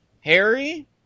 Harry